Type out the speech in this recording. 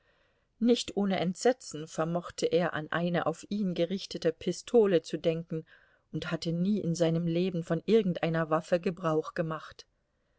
nicht ohne entsetzen vermochte er an eine auf ihn gerichtete pistole zu denken und hatte nie in seinem leben von irgendeiner waffe gebrauch gemacht